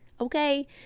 Okay